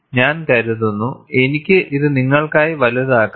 ഞാൻ കരുതുന്നു എനിക്ക് ഇത് നിങ്ങൾക്കായി വലുതാക്കാം